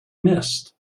missed